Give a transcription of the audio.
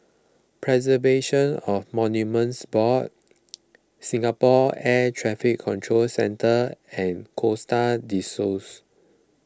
Preservation of Monuments Board Singapore Air Traffic Control Centre and Costa Del Sols